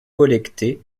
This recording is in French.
collectées